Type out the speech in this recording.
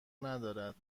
ندارد